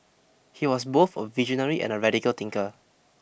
he was both a visionary and a radical thinker